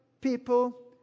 people